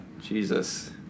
Jesus